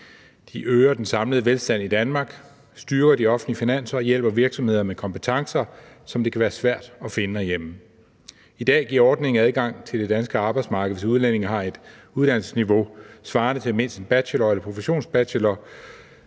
De øger den samlede velstand i Danmark, styrker de offentlige finanser og hjælper virksomhederne med kompetencer, som det kan være svært at finde herhjemme. I dag giver ordningen adgang til det danske arbejdsmarked, hvis udlændinge har et uddannelsesniveau svarende til mindst en bachelor eller en professionsbachelor.